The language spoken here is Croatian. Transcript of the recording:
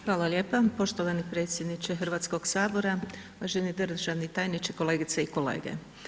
Hvala lijepa poštovani predsjedniče Hrvatskoga sabora, uvaženi državni tajniče, kolegice i kolege.